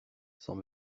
sans